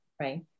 right